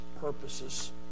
purposes